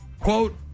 quote